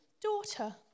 daughter